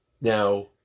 Now